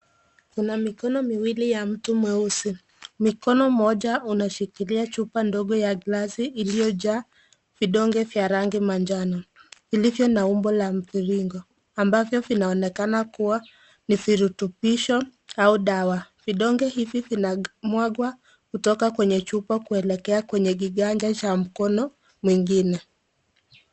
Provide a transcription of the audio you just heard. Kuna mikono miwili ya mtu mweusi mkono moja unashikilia chupa ndogo ya glasi iliyojaa vidonge vya rangi majano vilivyo na umbo la mviringo ambavyo vinaonekana kuwa ni virutubisho au dawa vidonge hivi vinamwagwa kwenye chupa kuelekea kwenye kiganja cha mkono mwingine.